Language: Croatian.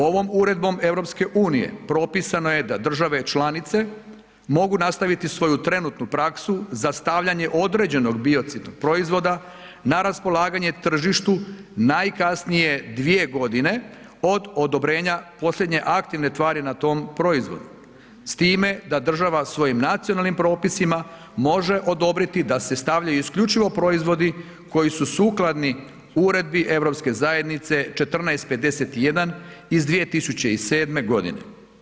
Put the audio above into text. Ovom Uredbom EU propisano je da države članice mogu nastaviti svoju trenutnu praksu za stavljanje određenog biocidnog proizvoda na raspolaganje tržištu najkasnije 2 godine od odobrenja posljednje aktivne tvari na tom proizvodu s time da država svojim nacionalnim propisima može odobriti da se stavljaju isključivo proizvodi koji su sukladni Uredbi Europske zajednice 1451 iz 2007. godine.